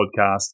Podcast